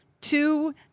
two